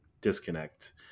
disconnect